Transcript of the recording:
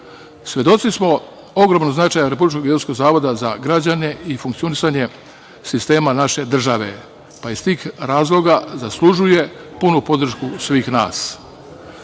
Svedoci smo ogromnog značaja Republičkog geodetskog zavoda, za građane i funkcionisanje sistema naše države. Pa, iz tih razloga zaslužuje punu podršku svih nas.